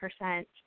percent